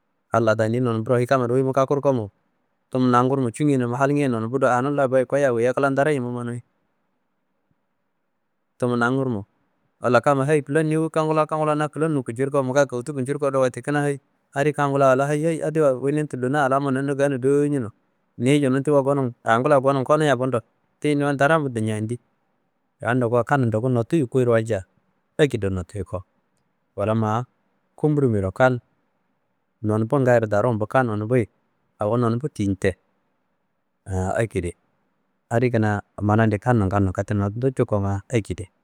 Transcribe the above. Kan la ta niyi nonumburo hayi kan adi wuyi muka kurko mu, tummu nankurmu cungu ye nonumbu, halngu ye nonumbu do, anum la goyi koyiya woyiya kla ndaro yumu manuyi, tumu nankurmu walla kamma hayi fulan niyi wu kanngu la kanngu la na fulannin kunjurko muka kowutu kunjurko do wette kina heyi adi kanngu la a la heyi heyi adiwa wu- n, ni- n tullona aa la mu nanno nganoyi dowo njunowu niyi cunum tiwa gonum agu la gonum koniya bundo tiyi niwa ndaran bundo ñandi? An ndoko kan ndoku notu yukoyirowalcia ekedo notu yuko, wala ma kumbrommero kal nonumbu ngayiro darumbu, kan nonumbuyi awo nonumbu tiyin te. «hesitation » akedi adi kina manande kanni n kanni n kate notu njukonga ekedi.